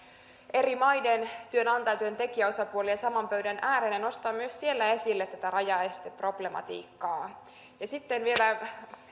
eri maiden työnantaja ja työntekijäosapuolia saman pöydän ääreen ja nostaa myös siellä esille tätä rajaesteproblematiikkaa sitten vielä